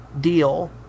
deal